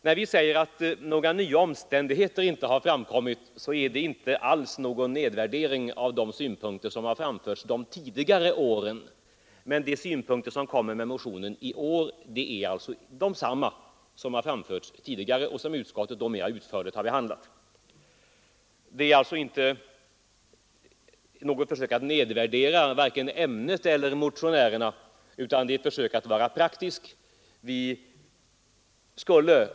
När vi säger att några nya omständigheter inte framkommit är det inte alls någon nedvärdering av de synpunkter som framförts tidigare år. Men de synpunkter som finns i årets motion är desamma som framförts tidigare och som utskottet då behandlade mera utförligt. Det är alltså inte något försök att nedvärdera varken ämnet eller motionärerna, utan det är ett försök att vara praktisk.